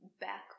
back